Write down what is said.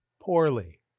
poorly